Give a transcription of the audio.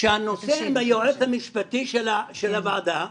שהנושא עם היועץ המשפטי של הוועדה,